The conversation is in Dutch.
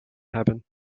hebben